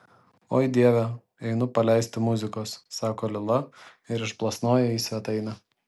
oi dieve einu paleisti muzikos sako lila ir išplasnoja į svetainę